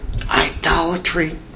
idolatry